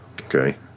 okay